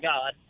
God